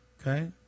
Okay